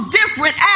different